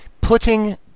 Putting